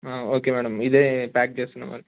okay madam ఇదే pack చేస్తున్నాం